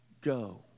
go